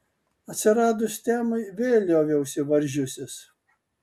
atsiradus temai vėl lioviausi varžiusis